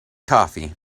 coffee